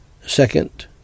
Second